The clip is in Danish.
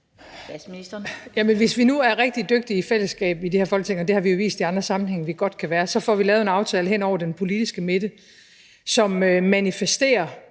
Folketing er rigtig dygtige i fællesskab, og det har vi jo vist i andre sammenhænge at vi godt kan være, så får vi lavet en aftale hen over den politiske midte, som manifesterer